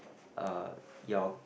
uh your